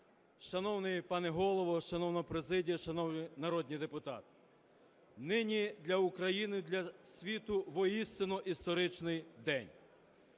Шановний пане Голово, шановна президія, шановні народні депутати! Нині для України, для світу воістину історичний день,